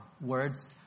words